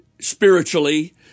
spiritually